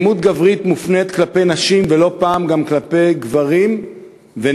אלימות גברית מופנית כלפי נשים ולא פעם גם כלפי גברים ונערים.